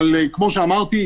אבל כמו שאמרתי,